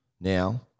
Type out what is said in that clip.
now